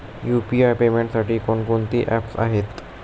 UPI पेमेंटसाठी कोणकोणती apps आहेत?